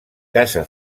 casa